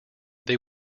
they